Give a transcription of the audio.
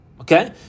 Okay